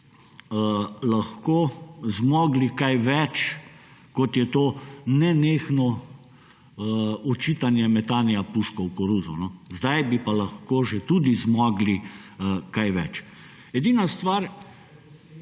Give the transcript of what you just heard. lahko zmogli kaj več, kot je to nenehno očitanje metanja puške v koruzo. Zdaj bi pa lahko že tudi zmogli kaj več. Edina stvar,